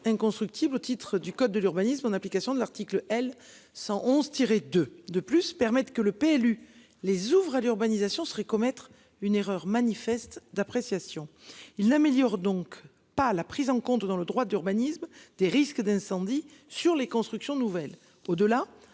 inconstructible au titre du code de l'urbanisme, en application de l'article L 111 tirer de de plus permettent que le PLU les ouvre à l'urbanisation serait commettre une erreur manifeste d'appréciation. Il n'améliore donc pas la prise en compte dans le droit de l'urbanisme, des risques d'incendie sur les constructions nouvelles